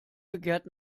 begehrt